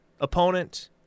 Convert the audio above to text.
opponent